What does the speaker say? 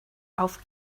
auf